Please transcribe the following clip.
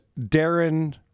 Darren